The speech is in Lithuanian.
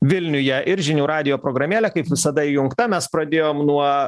vilniuje ir žinių radijo programėlė kaip visada įjungta mes pradėjom nuo